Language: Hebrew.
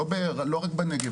לא רק בנגב,